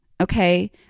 Okay